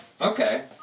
Okay